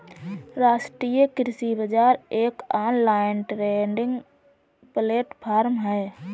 राष्ट्रीय कृषि बाजार एक ऑनलाइन ट्रेडिंग प्लेटफॉर्म है